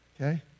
okay